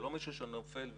זה לא מישהו שנופל ונהרג,